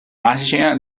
màgia